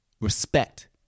respect